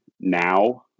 now